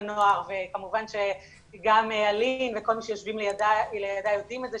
הנוער וכמובן גם אלין וכל מי שיושבים לידה יודעים את זה,